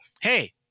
hey